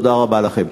תודה רבה לכם.